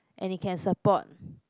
and it can support